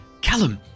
Callum